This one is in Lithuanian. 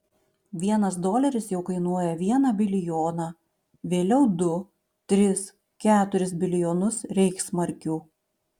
vienas doleris jau kainuoja vieną bilijoną vėliau du tris keturis bilijonus reichsmarkių